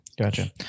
Gotcha